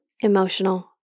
emotional